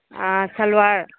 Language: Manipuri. ꯑꯥ ꯁꯜꯋꯥꯔ